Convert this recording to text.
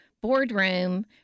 boardroom